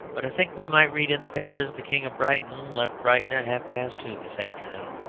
but i think we might read in the papers the king of brighton left brighton at half-past two this afternoon,